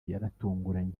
yaratunguranye